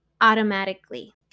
automatically